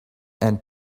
and